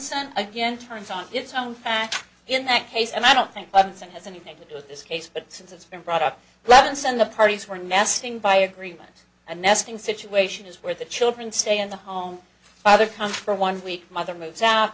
son again turns on its own facts in that case and i don't think i'm saying has anything to do with this case but since it's been brought up levinson the parties were nesting by agreement and nesting situation is where the children stay in the home father come for one week mother moves out